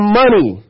money